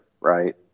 right